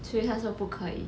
所以他说不可以